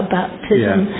baptism